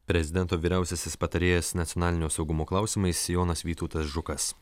prezidento vyriausiasis patarėjas nacionalinio saugumo klausimais jonas vytautas žukas